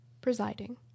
presiding